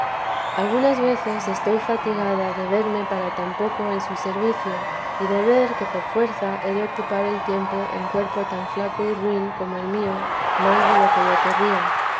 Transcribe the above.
algunas veces estoy fatigada de verme para tan poco en su servicio y de ver que por fuerza he de ocupar el tiempo en cuerpo tan flaco y ruin como el mío más de lo que yo querría